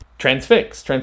Transfix